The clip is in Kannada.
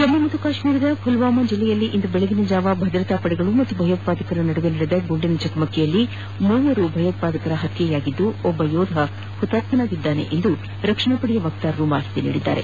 ಜಮ್ಮು ಮತ್ತು ಕಾಶ್ವೀರದ ಪುಲ್ವಾಮಾ ಜಿಲ್ಲೆಯಲ್ಲಿ ಇಂದು ಬೆಳಗಿನಜಾವ ಭದ್ರತಾ ಪಡೆಗಳು ಮತ್ತು ಭಯೋತ್ವಾದಕರ ನಡುವೆ ನಡೆದ ಗುಂಡಿನ ಚಕಮಕಿಯಲ್ಲಿ ಮೂವರು ಭಯೋತ್ವಾದಕರನ್ನು ಹತ್ಯೆ ಮಾಡಲಾಗಿದ್ದು ಒಬ್ಬ ಯೋಧ ಹುತಾತ್ಮನಾಗಿದ್ದಾನೆ ಎಂದು ರಕ್ಷಣಾ ಪಡೆಯ ವಕ್ತಾರರು ತಿಳಿಸಿದ್ದಾರೆ